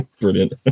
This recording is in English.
Brilliant